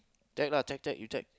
check lah check check you check